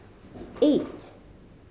eight